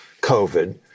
COVID